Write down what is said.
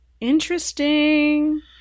interesting